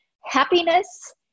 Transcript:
happiness